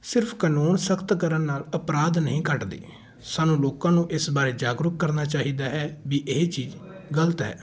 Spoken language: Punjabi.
ਸਿਰਫ ਕਾਨੂੰਨ ਸਖ਼ਤ ਕਰਨ ਨਾਲ ਅਪਰਾਧ ਨਹੀਂ ਘੱਟਦੇ ਸਾਨੂੰ ਲੋਕਾਂ ਨੂੰ ਇਸ ਬਾਰੇ ਜਾਗਰੂਕ ਕਰਨਾ ਚਾਹੀਦਾ ਹੈ ਵੀ ਇਹ ਚੀਜ਼ ਗਲਤ ਹੈ